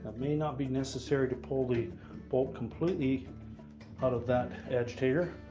may not be necessary to pull the bolt completely out of that agitator,